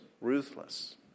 ruthless